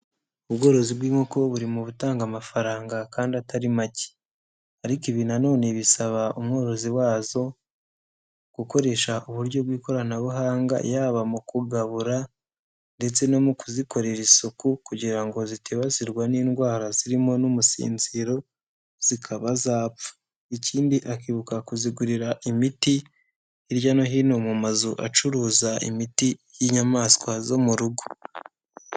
Ubworozi bw'inkoko buri mu gutanga amafaranga kandi atari make, ariko ibi na none bisaba umworozi wazo gukoresha uburyo bw'ikoranabuhanga yaba mu kugabura ndetse no mu kuzikorera isuku kugira ngo zitibasirwa n'indwara zirimo n'umusinziro zikaba zapfa, ikindi akibuka kuzigurira imiti hirya no hino mu mazu acuruza imiti y'inyamaswa zo mu rugo.